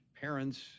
parents